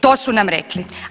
To su nam rekli.